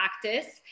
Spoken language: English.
practice